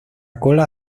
cola